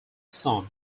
son